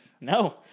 No